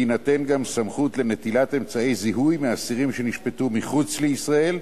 תינתן גם סמכות לנטילת אמצעי זיהוי מאסירים שנשפטו מחוץ לישראל,